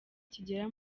kigera